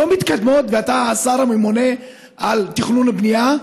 לא מתקדמות, ואתה השר הממונה על תכנון ובנייה.